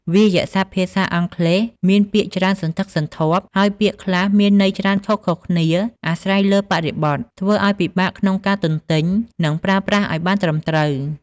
វាក្យសព្ទ ភាសាអង់គ្លេសមានពាក្យច្រើនសន្ធឹកសន្ធាប់ ហើយពាក្យខ្លះមានន័យច្រើនខុសៗគ្នាអាស្រ័យលើបរិបទ ធ្វើឱ្យពិបាកក្នុងការទន្ទេញ និងប្រើប្រាស់ឱ្យបានត្រឹមត្រូវ។